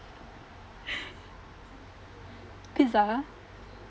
pizza